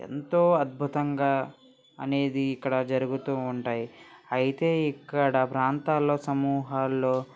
ఎంతో అద్భుతంగా అనేది ఇక్కడ జరుగుతూ ఉంటాయి అయితే ఇక్కడ ప్రాంతాల్లో సమూహాల్లో